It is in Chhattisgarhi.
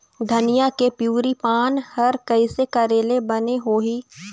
धनिया के पिवरी पान हर कइसे करेले बने होही?